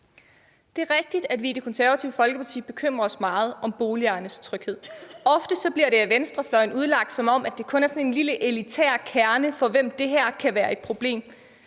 Det er rigtigt, at vi i Det Konservative Folkeparti bekymrer os meget om boligejernes tryghed. Ofte bliver det af venstrefløjen udlagt, som om det kun er sådan en lille elitær kerne, for hvem det her kan være et problem.